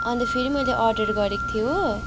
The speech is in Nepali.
अन्त फेरि मैले अर्डर गरेको थिएँ हो